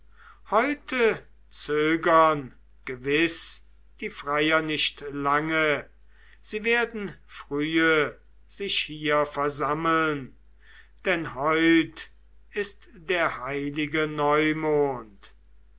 heute zögern gewiß die freier nicht lange sie werden frühe sich hier versammeln denn heut ist der heilige neumond